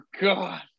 God